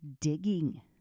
digging